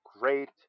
great